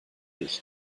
ich